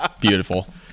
Beautiful